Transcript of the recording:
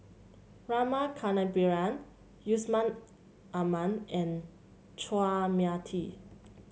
Rama Kannabiran Yusman Aman and Chua Mia Tee